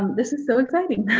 this is so exciting.